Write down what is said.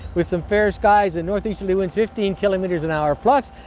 with some fair skies and north-easterly winds fifteen kilometres an hour plus,